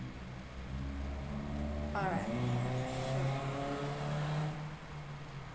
alright